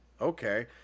Okay